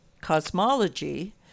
Cosmology